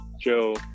Joe